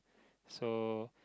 so